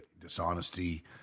dishonesty